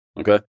Okay